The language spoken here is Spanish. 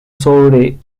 sobre